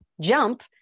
Jump